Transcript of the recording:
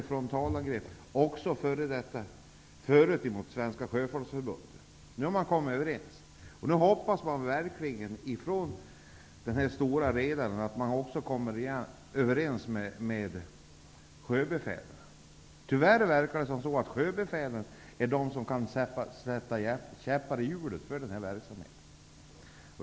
Man har förut också gått till frontalangrepp mot Svenska sjöfolksförbundet. Sedan parterna nu blivit ense hoppas det stora rederiet att man också skall komma överens med sjöbefälet. Tyvärr verkar det som om sjöbefälet kommer att kunna sätta käppar i hjulet för denna verksamhet.